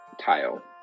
tile